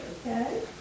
okay